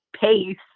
pace